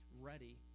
ready